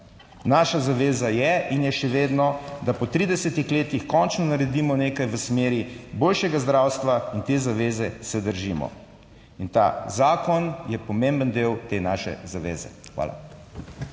Naša zaveza je in je še vedno, da po 30 letih končno naredimo nekaj v smeri boljšega zdravstva in te zaveze se držimo. In ta zakon je pomemben del te naše zaveze. Hvala.